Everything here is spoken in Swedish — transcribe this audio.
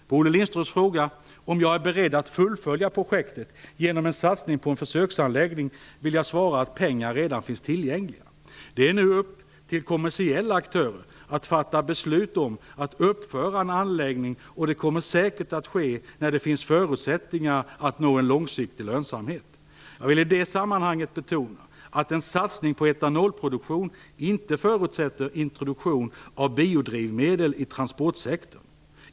På Olle Lindströms fråga om jag är beredd att fullfölja projektet genom en satsning på en försöksanläggning vill jag svara att pengar redan finns tillgängliga. Det är nu upp till kommersiella aktörer att fatta beslut om att uppföra en anläggning, och det kommer säkert att ske när det finns förutsättningar att nå en långsiktig lönsamhet. Jag vill i det sammanhanget betona att en satsning på etanolproduktion inte förutsätter en introduktion av biodrivmedel i transportsektorn.